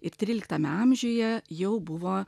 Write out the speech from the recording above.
ir tryliktame amžiuje jau buvo